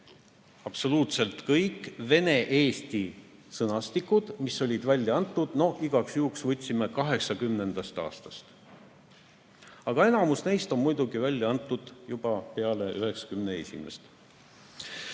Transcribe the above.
absoluutselt kõik vene-eesti sõnastikud, mis olid välja antud, igaks juhuks võtsime 1980. aastast alates. Aga enamik neist on muidugi välja antud juba peale 1991.